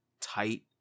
tight